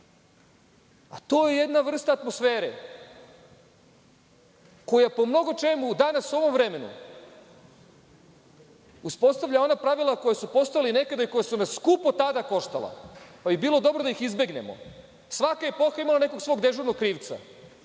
a to je jedna vrsta atmosfere koja po mnogočemu danas, u ovom vremenu, uspostavlja ona pravila koja su postojala nekad i koja su nas skupo sada koštala, pa bi bilo dobro da ih izbegnemo. Svaka epoha je imala nekog svog dežurnog krivca,